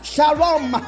Shalom